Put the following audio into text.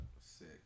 Sick